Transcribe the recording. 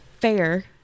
fair